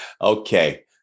Okay